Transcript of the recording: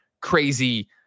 crazy